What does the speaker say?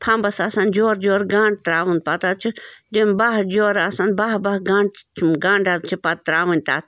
فمبس آسان جورٕ جورٕ گنٛڈ تَراوُن پتہٕ حظ چھُ تِم باہ جورٕ آسان باہ باہ گنٛڈ گنٛڈ چھِ پتہٕ تَراوٕنۍ تَتھ